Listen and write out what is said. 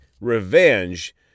revenge